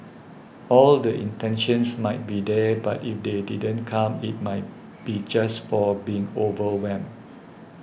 all the intentions might be there but if they didn't come it might be just for being overwhelmed